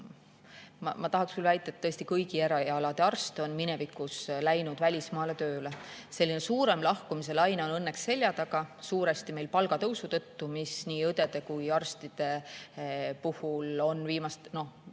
ma tahaks küll väita, et tõesti kõigi erialade arste on minevikus läinud välismaale tööle. Selline suurem lahkumiselaine on õnneks selja taga suuresti meil palgatõusu tõttu, mis nii õdede kui ka arstide puhul on juba